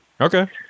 Okay